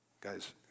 Guys